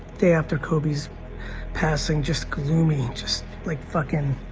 day after kobe's passing. just gloomy, just like fucking,